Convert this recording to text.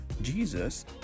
Jesus